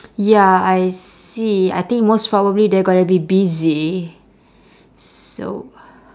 ya I see I think most probably they're gonna be busy so